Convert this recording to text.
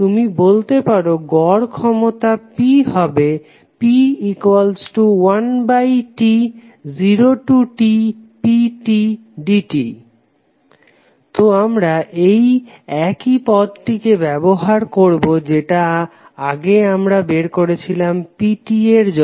তুমি বলতে পারো গড় ক্ষমতা P হবে P1T0Tptdt তো আমরা এই একই পদতিকে ব্যবহার করবো যেটা আগে আমরা বের করেছিলাম pt এর জন্য